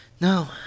No